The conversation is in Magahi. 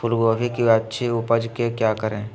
फूलगोभी की अच्छी उपज के क्या करे?